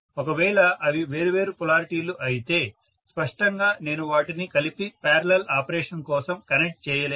ఒకవేళ అవి వేరు వేరు పొలారిటీలు అయితే స్పష్టంగా నేను వాటిని కలిపి పారలల్ ఆపరేషన్ కోసం కనెక్ట్ చేయలేను